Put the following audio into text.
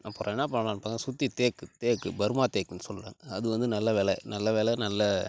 அப்புறம் என்ன பண்ணலான்னு பார்த்தா சுற்றி தேக்கு தேக்கு பருமா தேக்குன்னு சொல்லுகிறாங்க அது வந்து நல்ல வில நல்ல வில நல்ல